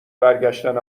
برگشتن